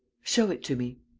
show it to me.